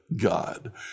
God